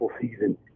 season